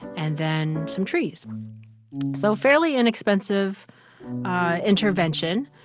and then some trees so fairly inexpensive intervention,